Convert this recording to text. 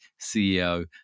CEO